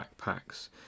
backpacks